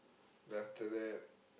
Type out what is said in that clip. then after that